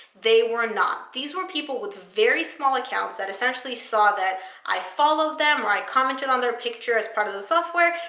they were not. these were people with very small accounts that essentially saw that i followed them or i commented on their picture as part of the software,